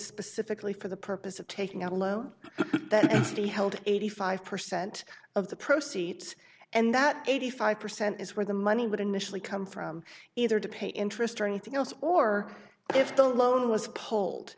specifically for the purpose of taking out a low density held eighty five percent of the proceeds and that eighty five percent is where the money would initially come from either to pay interest or anything else or if the loan was pol